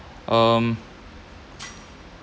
um